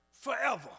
forever